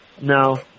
No